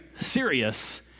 serious